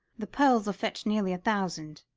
the pearls'll fetch nearly a thousand.